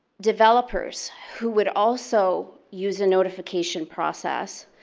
developers who would also use an notification process